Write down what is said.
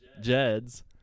Jed's